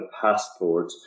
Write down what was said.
passport